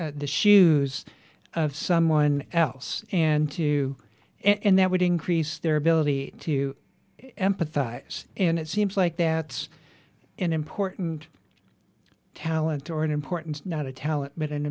shoes of someone else and to and that would increase their ability to empathize and it seems like that's an important talent or an importance not a talent but an